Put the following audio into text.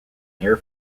air